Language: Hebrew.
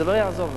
זה לא יעזור לה,